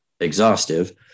exhaustive